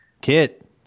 Kit